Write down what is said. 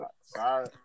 Sorry